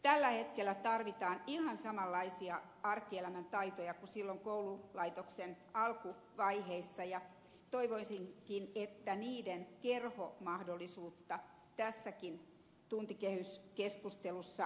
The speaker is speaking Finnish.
tällä hetkellä tarvitaan ihan samanlaisia arkielämän taitoja kuin silloin koululaitoksen alkuvaiheissa ja toivoisinkin että niiden kerhomahdollisuutta tässäkin tuntikehyskeskustelussa korostettaisiin